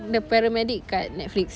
the paramedic kat Netflix